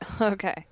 Okay